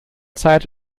zeit